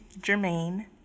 Jermaine